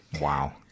Wow